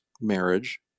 marriage